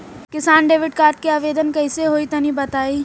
किसान credit card के आवेदन कईसे होई तनि बताई?